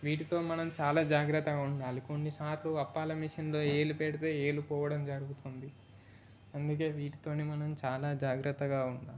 వీటితో మనం చాలా జాగ్రత్తగా ఉండాలి కొన్నిసార్లు అప్పాల మెషిన్లో వేలు పెడితే వేలు పోవడం జరుగుతుంది అందుకే వీటితోని మనం చాలా జాగ్రత్తగా ఉండాలి